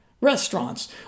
restaurants